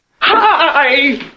Hi